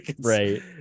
right